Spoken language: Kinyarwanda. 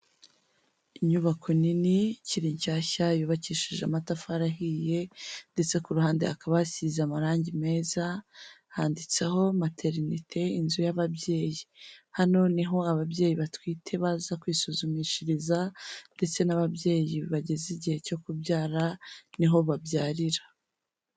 Inyubako nini ikiri shyashya yubakishije amatafari ahiye ndetse ku ruhande hakaba hasize amarangi meza, handitseho materinite inzu y'ababyeyi, hano niho ababyeyi batwite baza kwisuzumishiriza ndetse n'ababyeyi bageze igihe cyo kubyara niho babyarira.